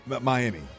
Miami